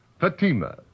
Fatima